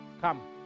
Come